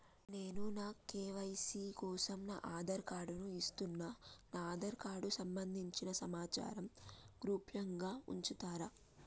నేను నా కే.వై.సీ కోసం నా ఆధార్ కార్డు ను ఇస్తున్నా నా ఆధార్ కార్డుకు సంబంధించిన సమాచారంను గోప్యంగా ఉంచుతరా?